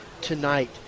tonight